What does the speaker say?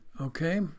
okay